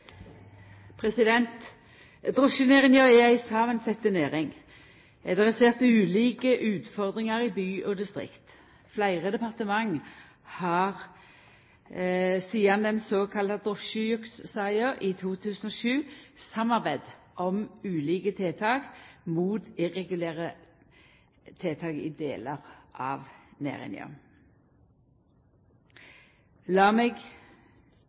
tilsvar. Drosjenæringa er ei samansett næring. Det er svært ulike utfordringar i by og distrikt. Fleire departement har sidan den såkalla drosjejukssaka i 2007 samarbeidd om ulike tiltak mot irregulære tilhøve i delar av næringa. Lat meg